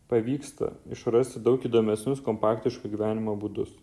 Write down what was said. pavyksta išrasti daug įdomesnius kompaktiško gyvenimo būdus